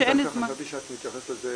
אני דווקא חשבתי שאת מתייחסת לזה,